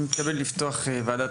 אני מתכבד לפתוח בדיון